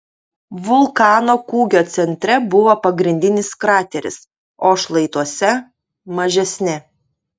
vulkano kūgio centre buvo pagrindinis krateris o šlaituose mažesni